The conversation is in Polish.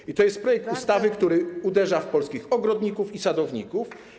I to jest projekt ustawy, który uderza w polskich ogrodników i sadowników.